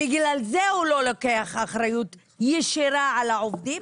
בגלל זה הוא לא לוקח אחריות ישירה על העובדים,